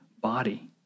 body